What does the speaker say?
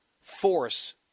force